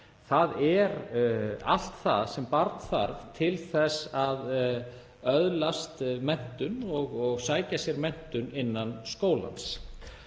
Þau er allt það sem barn þarf til þess að öðlast menntun og sækja sér menntun innan skólans.